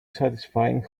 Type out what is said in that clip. satisfying